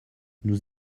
nous